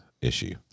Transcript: issue